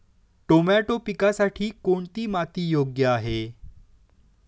Tomato पिकासाठी कोणती माती योग्य आहे?